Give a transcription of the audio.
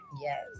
Yes